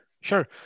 Sure